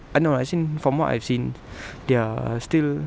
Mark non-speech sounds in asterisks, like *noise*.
ah no as in from what I've seen *breath* they're still